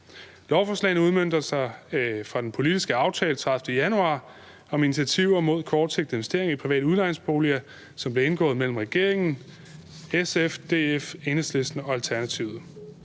Lovforslagene er en udmøntning af den politiske aftale fra 30. januar om initiativer mod kortsigtede investeringer i private udlejningsboliger, som blev indgået mellem regeringen, SF, DF, Enhedslisten og Alternativet.